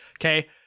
Okay